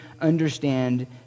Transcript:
understand